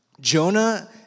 Jonah